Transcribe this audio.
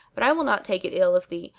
but i will not take it ill of thee,